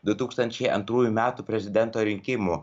du tūkstančiai antrųjų metų prezidento rinkimų